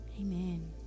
amen